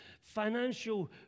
financial